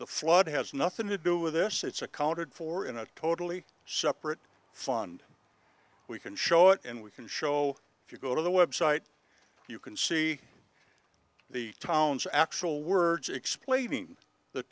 the flood has nothing to do with this it's accounted for in a totally separate fund we can show it and we can show if you go to the website you can see the town's actual words explaining the